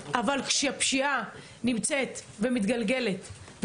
אבל כשהפשיעה נמצאת ומתגלגלת,